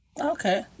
Okay